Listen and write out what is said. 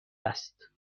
است